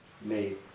made